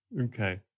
Okay